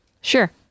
Sure